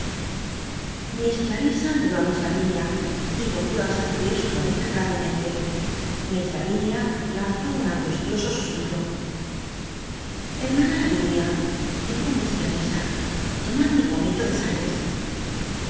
miró á mis lavinia y volvió ü sacudir su cabeza gl'arcmcnlc iiiss lavinia lanzó un angustioso suspiro hermana layinia dijo miss clarisa tomad mi pomilo de sales